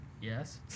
yes